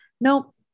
Nope